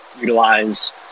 utilize